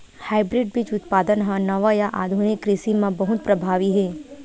hybrid बीज उत्पादन हा नवा या आधुनिक कृषि मा बहुत प्रभावी हे